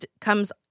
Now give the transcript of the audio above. comes